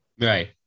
Right